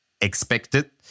expected